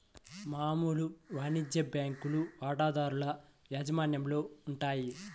మామూలు వాణిజ్య బ్యాంకులు వాటాదారుల యాజమాన్యంలో ఉంటాయి